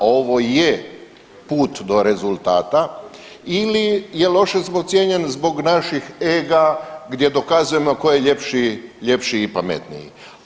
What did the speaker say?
Ovo je put do rezultata ili je loše ocijenjen zbog naših ega gdje dokazujemo tko je ljepši i pametniji.